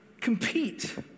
compete